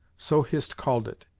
so hist called it,